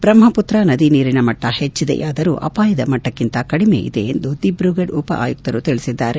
ಬ್ರಹ್ಮಪುತ್ರಾ ನದಿ ನೀರಿನ ಮಟ್ವ ಹೆಚ್ಚಿದೆಯಾದರೂ ಅಪಾಯದ ಮಟ್ವಕ್ಕಿಂತ ಕಡಿಮೆ ಇದೆ ಎಂದು ದಿಬ್ರುಘಡ್ ಉಪ ಆಯುಕ್ತರು ತಿಳಿಸಿದ್ದಾರೆ